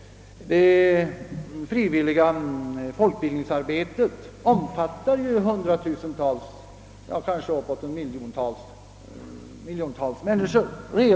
Det frivilliga folkbildningsarbetet omsluter ju redan hundratusentals — ja, kanske uppemot miljonen — människor.